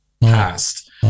past